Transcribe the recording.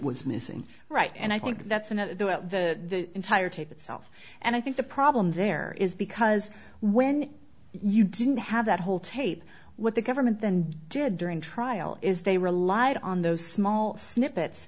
was missing right and i think that's an at the at the entire tape itself and i think the problem there is because when you didn't have that whole tape what the government then did during trial is they relied on those small snippets